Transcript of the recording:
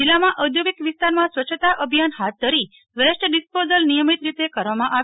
જિલ્લામાં ઔધોગિક વિસ્તારમાં સ્વચ્છતા અભિયાન હાથ ધરી વેસ્ટ ડિસ્પોસલ નિયમિત રીતે કરવામાં આવે